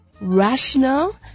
rational